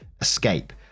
escape